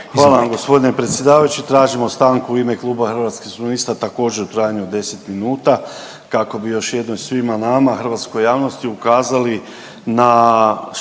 Hvala vam g. predsjedavajući. Tražimo stanku u ime Kluba Hrvatskih suverenista također u trajanju od 10 minuta kako bi još jednom svima nama i hrvatskoj javnosti ukazali na štetnost